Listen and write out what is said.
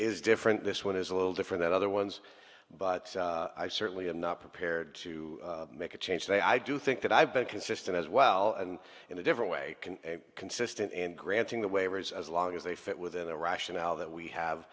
is different this one is a little different than other ones but i certainly am not prepared to make a change that i do think that i've been consistent as well and in a different way consistent and granting the waivers as long as they fit within a rationale that we have